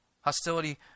hostility